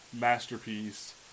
masterpiece